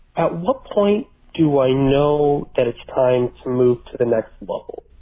at what point do i know that it's time to move to the next level?